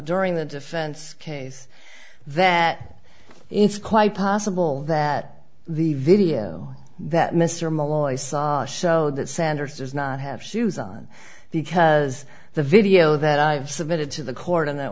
during the defense case that it's quite possible that the video that mr malloy saw showed that sanders does not have shoes on because the video that i've submitted to the court and that